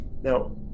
Now